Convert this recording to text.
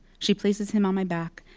she places him on my back.